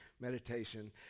meditation